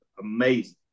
Amazing